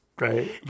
right